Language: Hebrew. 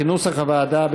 כנוסח הוועדה,